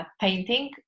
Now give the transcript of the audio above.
Painting